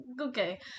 okay